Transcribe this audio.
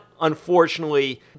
unfortunately